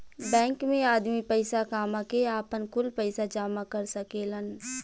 bank मे आदमी पईसा कामा के, आपन, कुल पईसा जामा कर सकेलन